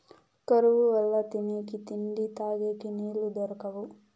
కరువు వల్ల తినేకి తిండి, తగేకి నీళ్ళు దొరకవు